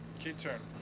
key turn.